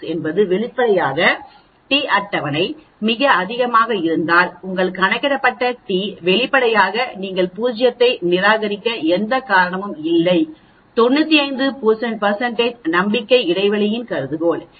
96 என்பது வெளிப்படையாக t அட்டவணை மிக அதிகமாக இருந்தால் உங்கள் கணக்கிடப்பட்ட டி வெளிப்படையாக நீங்கள் பூஜ்யத்தை நிராகரிக்க எந்த காரணமும் இல்லை 95 நம்பிக்கை இடைவெளியில் கருதுகோள்